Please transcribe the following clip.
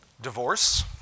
Divorce